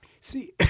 See